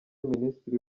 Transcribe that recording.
minisitiri